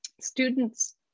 Students